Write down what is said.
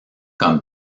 comme